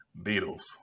Beatles